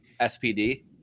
SPD